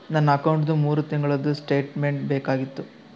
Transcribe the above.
ನನ್ನ ಅಕೌಂಟ್ದು ಮೂರು ತಿಂಗಳದು ಸ್ಟೇಟ್ಮೆಂಟ್ ಬೇಕಾಗಿತ್ತು?